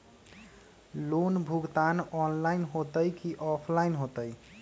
Loan भुगतान online होतई कि ऑफलाइन होतई?